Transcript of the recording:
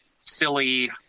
Silly